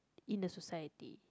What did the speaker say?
in the society